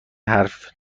حرف